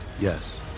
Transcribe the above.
Yes